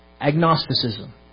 Agnosticism